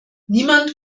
niemand